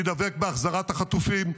אני דבק בהחזרת החטופים.